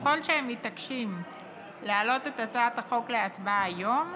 ככל שהם מתעקשים להעלות את הצעת החוק היום להצבעה היום,